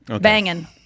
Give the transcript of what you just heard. Banging